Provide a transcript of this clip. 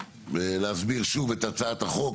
אבקש להסביר שוב את הצעת החוק,